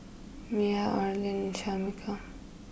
Mia Arlyne Shamika